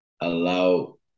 allow